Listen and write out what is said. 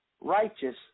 righteous